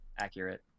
accurate